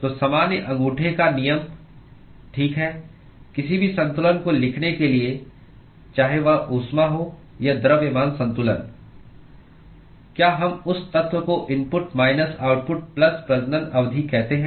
तो सामान्य अंगूठे का नियम ठीक है किसी भी संतुलन को लिखने के लिए चाहे वह ऊष्मा हो या द्रव्यमान संतुलन क्या हम उस तत्व को इनपुट माइनस आउटपुट प्लस प्रजनन अवधि कहते हैं